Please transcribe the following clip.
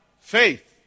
faith